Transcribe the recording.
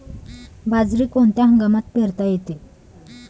बाजरी कोणत्या हंगामात पेरता येते?